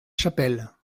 chapelle